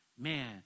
Man